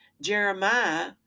Jeremiah